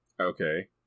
Okay